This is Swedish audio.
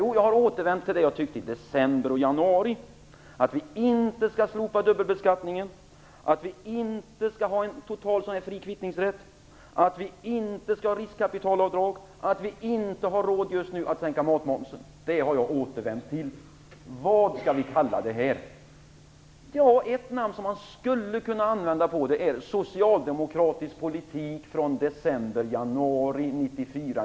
Jo, jag har återvänt till det jag tyckte i december och januari: att vi inte skall slopa dubbelbeskattningen, att vi inte skall ha en total fri kvittningsrätt, att vi inte skall ha riskkapitalavdrag och att vi just nu inte har råd att sänka matmomsen. Detta är vad jag har återvänt till. Vad skall vi kalla detta? Ja, ett namn som man skulle kunna använda är socialdemokratisk politik från december-januari 1994/95.